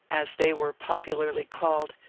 as they were popularly called,